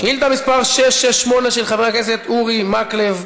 שאילתה מס' 668 של חבר הכנסת אורי מקלב,